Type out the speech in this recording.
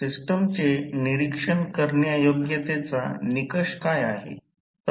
सिस्टमचे निरीक्षण करण्यायोग्यतेचा निकष काय आहे